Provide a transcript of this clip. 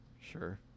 Sure